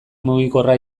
mugikorra